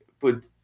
put